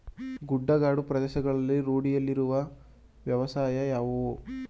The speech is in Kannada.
ಗುಡ್ಡಗಾಡು ಪ್ರದೇಶಗಳಲ್ಲಿ ರೂಢಿಯಲ್ಲಿರುವ ವ್ಯವಸಾಯ ಯಾವುದು?